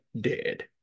dead